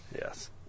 Yes